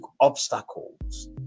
obstacles